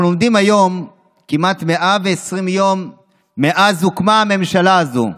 אנחנו עומדים היום כמעט 120 יום מאז הקומה הממשלה הזו,